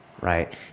right